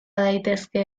daitezke